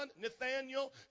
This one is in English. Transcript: Nathaniel